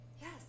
Yes